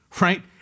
right